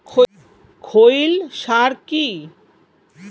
খৈল সার কি?